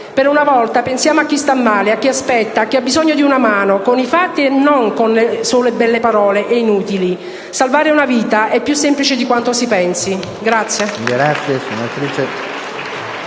Per una volta pensiamo a chi sta male, a chi aspetta, a chi ha bisogno di una mano, con i fatti e non solo con belle ed inutili parole. Salvare una vita è più semplice di quanto si pensi.